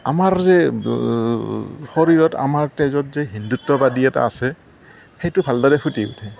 আমাৰ যে শৰীৰত আমাৰ তেজত যে হিন্দুত্ববাদী এটা আছে সেইটো ভালদৰে ফুটি উঠে